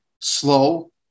Slow